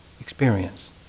experience